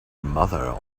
mother